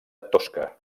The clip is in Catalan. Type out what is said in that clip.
tosca